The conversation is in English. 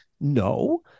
No